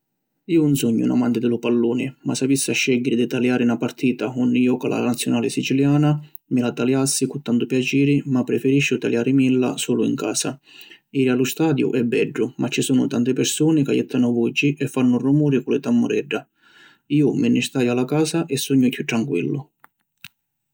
Iu ‘un sugnu un amanti di lu palluni, ma si avissi a scegghiri di taliari na partita unni joca la Naziunali Siciliana, mi la taliassi cu tantu piaciri ma preferisciu taliarimilla sulu in casa. Jiri a lu stadiu è beddu ma ci sunnu tanti pirsuni ca jettanu vuci, e fannu rumuri cu li tammuredda. Iu mi ni staju a la casa e sugnu chiù tranquillu.